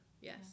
Yes